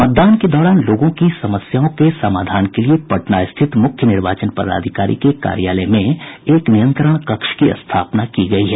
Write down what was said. मतदान के दौरान लोगों की समस्याओं के समाधान के लिए पटना स्थित मुख्य निर्वाचन पदाधिकारी के कार्यालय में एक नियंत्रण कक्ष की स्थापना की गयी है